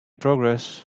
progress